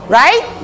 right